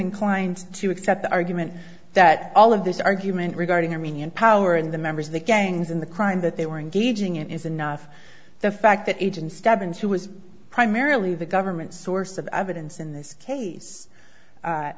inclined to accept the argument that all of this argument regarding armenian power and the members of the gangs in the crime that they were engaging in is enough the fact that agents stubbins who was primarily the government's source of evidence in this case